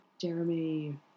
Jeremy